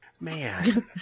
Man